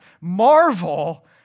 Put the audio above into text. Marvel